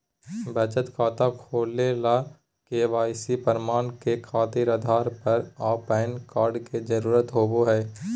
बचत खाता खोले ला के.वाइ.सी प्रमाण के खातिर आधार आ पैन कार्ड के जरुरत होबो हइ